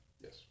Yes